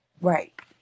Right